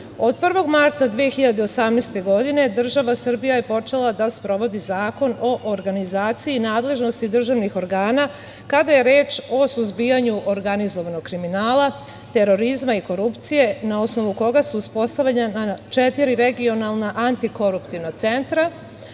1. marta 2018. godine država Srbija je počela da sprovodi Zakon o organizaciji nadležnosti državnih organa, kada je reč o suzbijanju organizovanog kriminala, terorizma i korupcije, na osnovu koga su uspostavljena četiri regionalna antikoruptivna centra